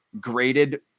graded